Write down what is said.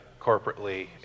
corporately